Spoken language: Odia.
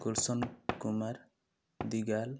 ଗୁଲ୍ସନ୍ କୁମାର ଦିଗାଲ୍